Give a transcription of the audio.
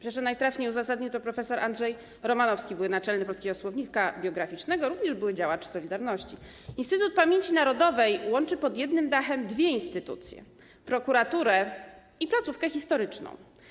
Myślę, że najtrafniej uzasadnił to prof. Andrzej Romanowski, były naczelny „Polskiego słownika biograficznego”, również były działacz „Solidarności”: Instytut Pamięci Narodowej łączy pod jednym dachem dwie instytucje: prokuraturę i placówkę historyczną.